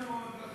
אנחנו,